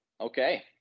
Okay